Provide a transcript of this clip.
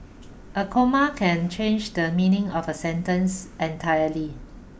a comma can change the meaning of a sentence entirely